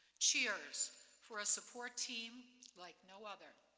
cheers for a support team like no other.